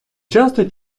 часто